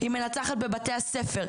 היא מנצחת בבתי-הספר.